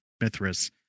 Mithras